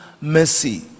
mercy